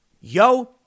Yo